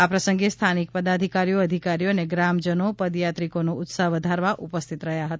આ પ્રસંગે સ્થાનિક પદાધિકારીઓ અધિકારીઓ અને ગ્રામજનો પદયાત્રિકોનો ઉત્સાહ વધારવા ઉપસ્થિત રહ્યા હતા